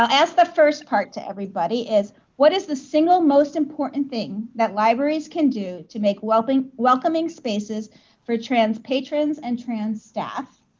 i will ask the first part to everybody is what is the single most important thing that libraries can do to make welcoming welcoming spaces for transpatrons and transstaff,